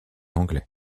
anglais